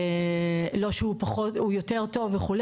לא שהוא יותר טוב וכו',